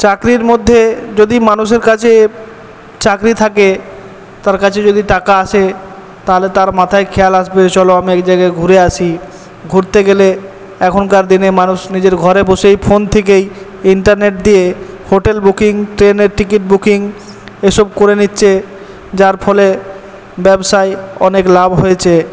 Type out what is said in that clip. চাকরির মধ্যে যদি মানুষের কাছে চাকরি থাকে তার কাছে যদি টাকা আসে তাহলে তার মাথায় খেয়াল আসবে চলো আমি এক জায়গায় ঘুরে আসি ঘুরতে গেলে এখনকার দিনে মানুষ নিজের ঘরে বসেই ফোন থেকেই ইন্টারনেট দিয়ে হোটেল বুকিং ট্রেনের টিকিট বুকিং এসব করে নিচ্ছে যার ফলে ব্যবসায় অনেক লাভ হয়েছে